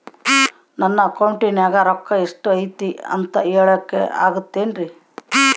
ನನ್ನ ಅಕೌಂಟಿನ್ಯಾಗ ರೊಕ್ಕ ಎಷ್ಟು ಐತಿ ಅಂತ ಹೇಳಕ ಆಗುತ್ತೆನ್ರಿ?